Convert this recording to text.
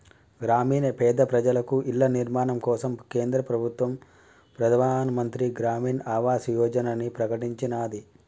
గ్రామీణ పేద ప్రజలకు ఇళ్ల నిర్మాణం కోసం కేంద్ర ప్రభుత్వం ప్రధాన్ మంత్రి గ్రామీన్ ఆవాస్ యోజనని ప్రకటించినాది